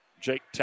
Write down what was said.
Jake